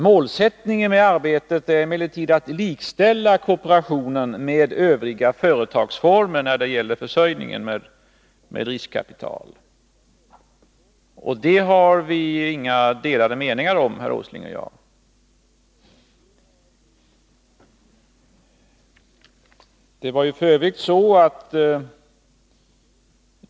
Målsättningen med arbetet är emellertid att likställa kooperationen med övriga företagsformer när det gäller försörjningen med riskkapital. Om detta har vi inga delade meningar, herr Åsling och jag.